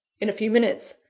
in a few minutes,